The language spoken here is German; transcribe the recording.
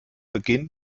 beginn